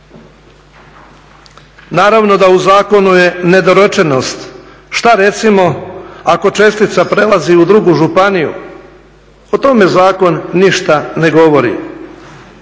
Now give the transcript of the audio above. Naravno da u zakonu je nedorečenost što recimo ako čestica prelazi u drugu županiju? O tome zakon ništa ne govori.